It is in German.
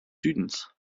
südens